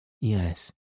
Yes